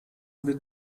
wird